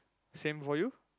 same for you